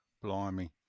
Blimey